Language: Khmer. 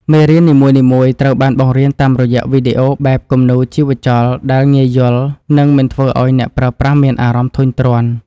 មេរៀននីមួយៗត្រូវបានបង្រៀនតាមរយៈវីដេអូបែបគំនូរជីវចលដែលងាយយល់ និង មិនធ្វើឱ្យអ្នកប្រើប្រាស់មានអារម្មណ៍ធុញទ្រាន់។